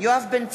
יואב בן צור,